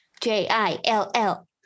J-I-L-L